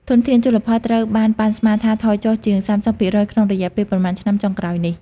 ធនធានជលផលត្រូវបានប៉ាន់ស្មានថា ថយចុះ ជាង ៣០% ក្នុងរយៈពេលប៉ុន្មានឆ្នាំចុងក្រោយនេះ។